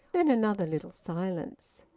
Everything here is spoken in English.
then another little silence.